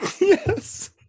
Yes